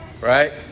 Right